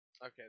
Okay